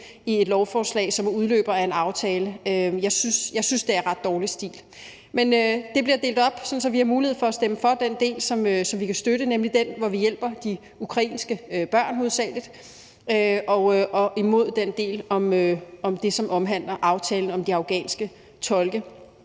i et lovforslag, som er en udløber af en aftale. Jeg synes, det er ret dårlig stil. Men det bliver delt op, så vi har mulighed for at stemme for den del, som vi kan støtte, nemlig den del, hvor vi hovedsagelig hjælper de ukrainske børn, og stemme imod den del, som omhandler aftalen om de afghanske tolke.